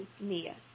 Mia